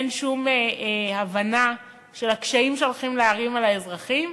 אין שום הבנה של הקשיים שהולכים להערים על האזרחים,